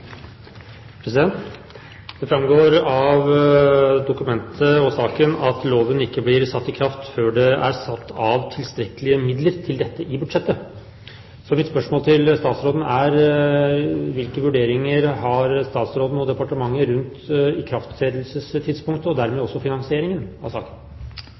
Det framgår av dokumentet og saken at loven ikke blir satt i kraft før det er satt av tilstrekkelige midler til dette i budsjettet. Så mitt spørsmål til statsråden er: Hvilke vurderinger har statsråden og departementet rundt ikrafttredelsestidspunktet og dermed også finansieringen av saken?